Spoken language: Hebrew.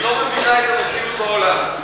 היא לא מבינה את המציאות בעולם.